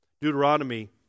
Deuteronomy